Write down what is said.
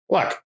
Look